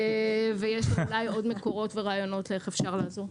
ויש אולי עוד מקורות ורעיונות ואיך אפשר לעזור.